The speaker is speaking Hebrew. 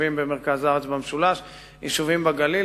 יישובים במרכז הארץ ובמשולש ויישובים בגליל,